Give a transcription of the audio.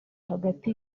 hagati